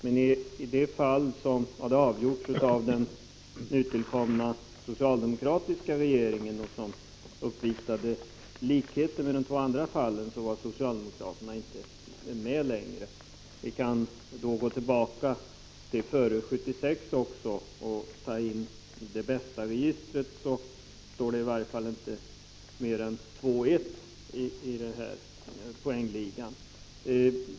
Men i det fall som hade avgjorts av den nytillkomna socialdemokratiska regeringen och som uppvisade likheter med de två andra fallen var socialdemokraterna i utskottet inte längre med. Om vi går tillbaka till tiden före 1976 och tar med Det Bästa-registret, så står det i varje fall inte mer än 2-1 i den här poängligan.